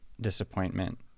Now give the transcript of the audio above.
disappointment